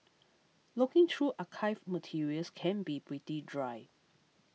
looking through archived materials can be pretty dry